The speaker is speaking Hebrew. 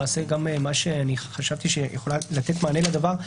למעשה גם חשבתי שזה יכול לתת מענה לדבר,